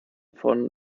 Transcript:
von